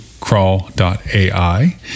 Crawl.ai